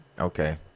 Okay